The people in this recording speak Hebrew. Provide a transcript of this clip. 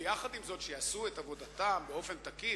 ויחד עם זאת שיעשו את עבודתם באופן תקין,